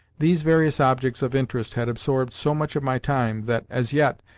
these various objects of interest had absorbed so much of my time that, as yet,